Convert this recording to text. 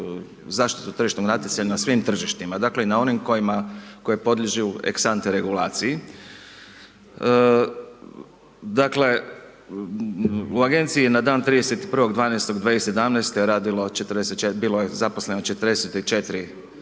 zaštitu tržišnog natjecanja na svim tržištima, dakle i na onim koji podliježu ex sante regulaciji. Dakle, u agenciji na dan 31.12.2017. radilo 44, bilo je zaposleno 44